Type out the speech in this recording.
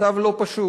במצב לא פשוט